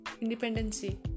independency